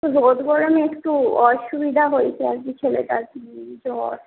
রোদ গরমে একটু অসুবিধা হয়েছে আর কি ছেলেটার জ্বর